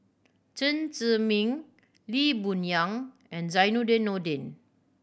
Chen Zhiming Lee Boon Yang and Zainudin Nordin